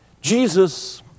Jesus